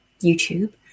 YouTube